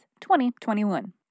2021